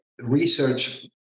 research